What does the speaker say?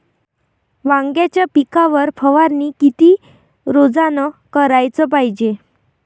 वांग्याच्या पिकावर फवारनी किती रोजानं कराच पायजे?